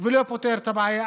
ולא פותר את הבעיה.